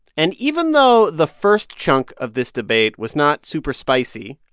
and even though the first chunk of this debate was not super spicy,